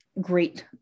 great